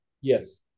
Yes